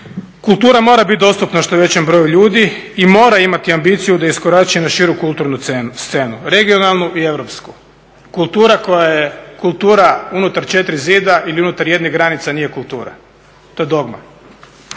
Kultura mora biti dostupna što većem broju ljudi i mora imati ambiciju da iskorači na širu kulturnu scenu – regionalnu i europsku. Kultura koja je kultura unutar 4 zida ili unutar jednih granica nije kultura. To je dogma.